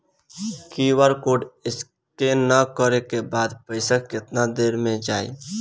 QR code scan करे क बाद पइसा केतना देर म जाई?